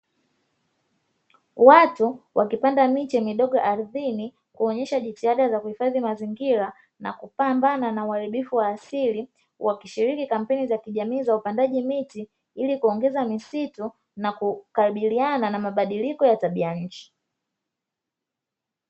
Watu wakipanda miche midogo ardhini kuonyesha jitihada za kuhifadhi mazingira na kupambana na uharibifu wa asili wakishiriki kampeni za kijamii za upandaji miti, ili kuongeza misitu na kukabiliana na mabadiliko ya tabiya ya nchi,